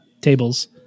tables